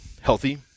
healthy